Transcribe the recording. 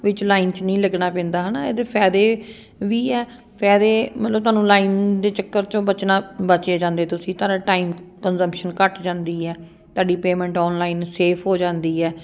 ਵਿੱਚ ਲਾਈਨ 'ਚ ਨਹੀਂ ਲੱਗਣਾ ਪੈਂਦਾ ਹੈ ਨਾ ਇਹਦੇ ਫਾਇਦੇ ਵੀ ਹੈ ਫਾਇਦੇ ਮਤਲਬ ਤੁਹਾਨੂੰ ਲਾਈਨ ਦੇ ਚੱਕਰ 'ਚੋਂ ਬਚਣਾ ਬਚ ਜਾਂਦੇ ਤੁਸੀਂ ਤੁਹਾਡਾ ਟਾਈਮ ਕੰਜਮਸ਼ਨ ਘੱਟ ਜਾਂਦੀ ਹੈ ਤੁਹਾਡੀ ਪੇਮੈਂਟ ਆਨਲਾਈਨ ਸੇਫ ਹੋ ਜਾਂਦੀ ਹੈ